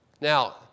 Now